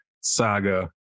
saga